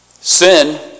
sin